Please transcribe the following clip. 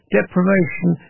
Deprivation